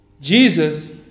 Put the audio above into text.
Jesus